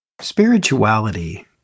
Spirituality